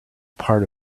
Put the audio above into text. part